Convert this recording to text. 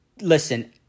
listen